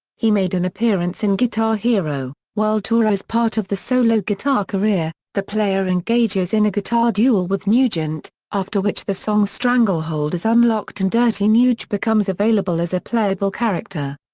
he made an appearance in guitar hero world tour as part of the solo guitar career, the player engages in a guitar duel with nugent, after which the song stranglehold is unlocked and dirty nuge becomes available as a playable character.